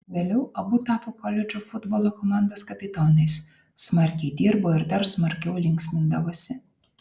vėliau abu tapo koledžo futbolo komandos kapitonais smarkiai dirbo ir dar smarkiau linksmindavosi